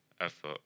effort